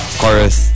chorus